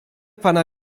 pana